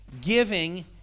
giving